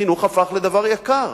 חינוך הפך לדבר יקר.